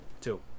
two